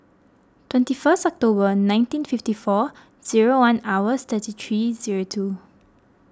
twenty first October nineteen fifty four zero one hours thirty three zero two